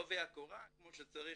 לעובי הקורה כמו שצריך,